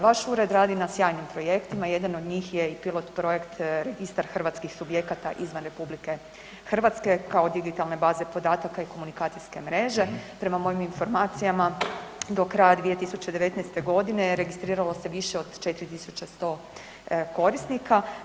Vaš Ured radi na sjajnom projektima, jedan od njih je i pilot-projekt Registar hrvatskih subjekata izvan RH, kao digitalne baze podataka i komunikacijske mreže, prema mojim informacijama, do kraja 2019. g. registriralo se više od 4100 korisnika.